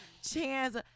Chance